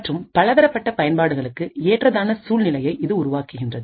மற்றும் பலதரப்பட்ட பயன்பாடுகளுக்கு ஏற்றதான சூழ்நிலையை இது உருவாக்குகின்றது